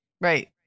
Right